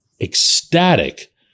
ecstatic